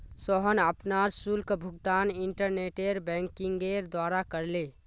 सोहन अपनार शुल्क भुगतान इंटरनेट बैंकिंगेर द्वारा करले